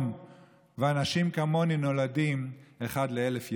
ואנשים כמוני נולדים אחד לאלף ימים.